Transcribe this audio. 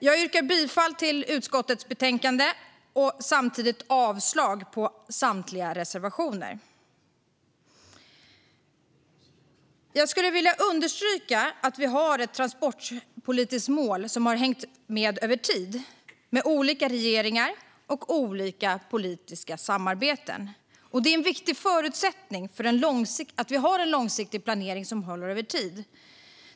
Jag yrkar bifall till utskottets förslag i betänkandet och avslag på samtliga reservationer. Jag vill understryka att vi har ett transportpolitiskt mål som har hängt med över tid med olika regeringar och olika politiska samarbeten. Det är en viktig förutsättning att vi har en långsiktig planering som håller över tid.